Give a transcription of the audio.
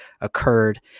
occurred